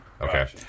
Okay